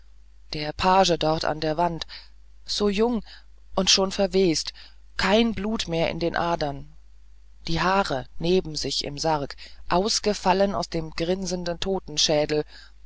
der page dort an der wand so jung und schon verwest kein blut mehr in den adern die haare neben sich im sarg ausgefallen aus dem grinsenden totenschädel